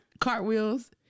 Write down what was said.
cartwheels